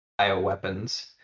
bioweapons